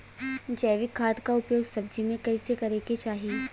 जैविक खाद क उपयोग सब्जी में कैसे करे के चाही?